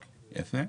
תודה.